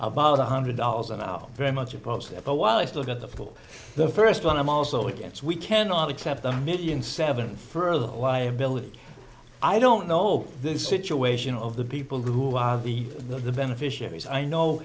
about one hundred dollars an hour very much opposed at all while i still got the full the first one i'm also against we cannot accept the million seven further liability i don't know the situation of the people who are the the beneficiaries i know